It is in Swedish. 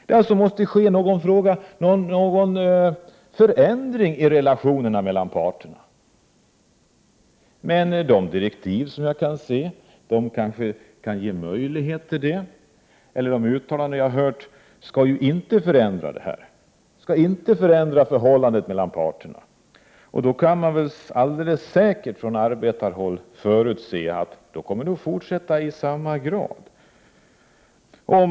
Det måste ske någon förändring av relationerna mellan parterna. De direktiv som jag har tagit del av kanske kan ge möjlighet till det. Enligt de uttalanden jag har hört skall inte förhållandet mellan parterna förändras. Då kan man alldeles säkert från arbetarhåll förutse att allt kommer att fortsätta i samma grad.